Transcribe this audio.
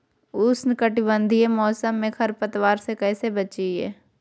उष्णकटिबंधीय मौसम में खरपतवार से कैसे बचिये?